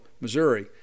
Missouri